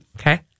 Okay